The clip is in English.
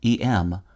em